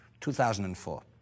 2004